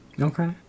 Okay